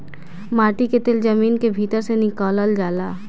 माटी के तेल जमीन के भीतर से निकलल जाला